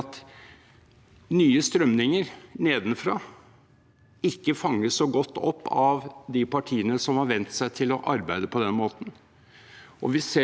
SSB hadde en undersøkelse som viser at de som deltar i partipolitikken, er godt etablerte mennesker,